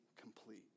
complete